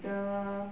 the